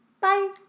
bye